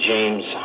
James